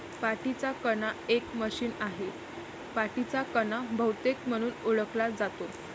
पाठीचा कणा एक मशीन आहे, पाठीचा कणा बहुतेक म्हणून ओळखला जातो